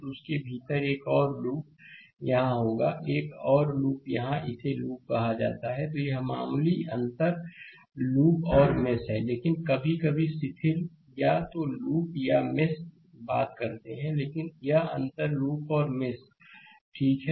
तो उसके भीतर एक और लूप यहां होगा एक और लूप यहां इसे लूप कहा जाता है तो यह मामूली अंतर लूप और मेष है लेकिन कभी कभी शिथिल या तो लूप या मेष बात करते हैं लेकिन यह अंतर लूप और मेष ठीक है